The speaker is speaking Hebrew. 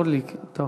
אורלי, אורלי, טוב,